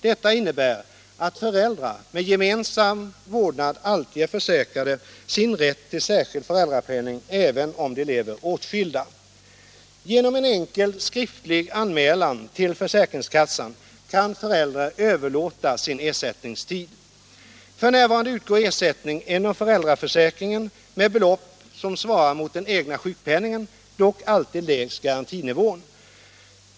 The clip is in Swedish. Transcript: Detta innebär att föräldrar med gemensam vårdnad alltid är försäkrade sin rätt till särskild föräldrapenning även om de lever åtskilda. Genom en enkel skriftlig anmälan till försäkringskassan kan förälder överlåta sin ersättningstid. F. n. utgår ersättning inom föräldraförsäkringen med belopp som svarar mot den egna sjukpenningen, dock alltid lägst med garantinivån.